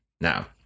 now